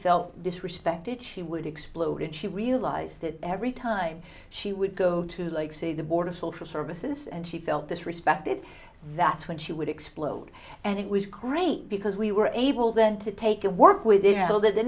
felt disrespected she would explode and she realized it every time she would go to like say the board of social services and she felt disrespected that's when she would explode and it was crazy because we were able then to take a work with